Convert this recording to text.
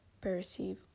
perceive